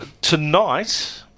Tonight